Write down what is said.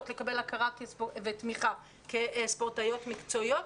לקבל הכרה ותמיכה כספורטאיות מקצועיות.